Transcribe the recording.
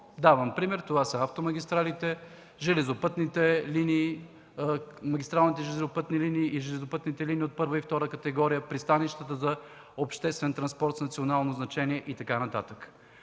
Давам пример: това са автомагистралите, железопътните линии – магистралните железопътни линии и железопътните линии от първа и втора категория, пристанищата за обществен транспорт от национално значение и т.н.